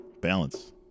Balance